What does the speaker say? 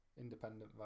independent